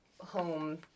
home